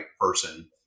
person